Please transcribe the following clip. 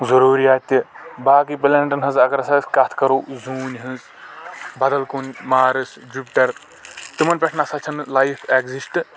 ضروٗریات تہِ باقٕے پلینٹن ہٕنٛز اگر أسۍ کتھ کرو زوٗنہٕ ہٕنٛز بدل کُنہِ مارس جُپٹر تِمن پٮ۪ٹھ نسا چھَنہٕ لایِف ایکزِٹہٕ